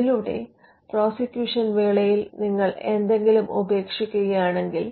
അതിലൂടെ പ്രോസിക്യൂഷൻ വേളയിൽ നിങ്ങൾ എന്തെങ്കിലും ഉപേക്ഷിക്കുകയാണെങ്കിൽ